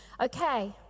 Okay